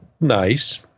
nice